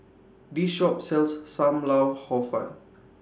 This Shop sells SAM Lau Hor Fun